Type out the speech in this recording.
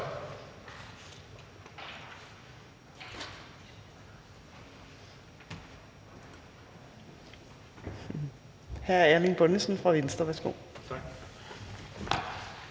hr. Erling Bonnesen, Venstre.